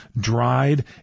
dried